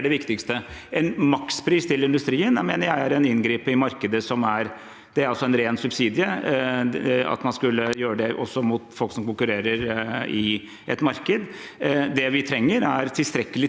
det viktigste. En makspris til industrien mener jeg er en inngripen i markedet som ville være en ren subsidie, om man skulle gjøre det også mot folk som konkurrerer i et marked. Det vi trenger, er tilstrekkelig